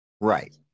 Right